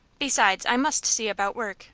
besides, i must see about work